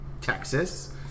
Texas